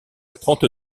trente